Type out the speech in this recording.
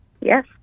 Yes